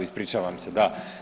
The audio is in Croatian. Ispričavam se da.